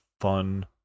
fun